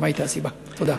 תודה.